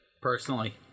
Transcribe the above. personally